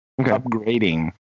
upgrading